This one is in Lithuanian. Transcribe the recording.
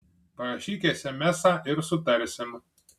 parašyk esemesą ir sutarsim